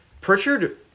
Pritchard